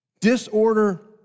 Disorder